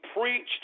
preached